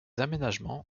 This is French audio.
aménagements